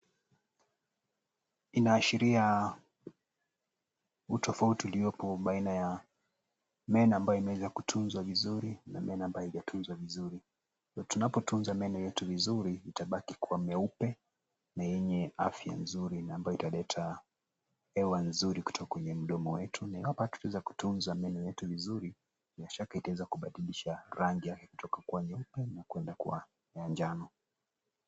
Inaashiria utofauti ulioko baina ya meno ambayo imeweza kutunzwa vizuri na meno ambayo haijatunzwa vizuri. Tunapotunza meno yetu vizuri, itabaki kuwa mieupe na yenye afya nzuri na ambayo italeta hewa nzuri kutoka kwenye mdomo wetu. Ni hapa tukiweza kutunza meno yetu vizuri, bila shaka itaweza kubadilisha rangi yake kutoka kwa nyeupe kwenda kwa manjano.